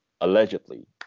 allegedly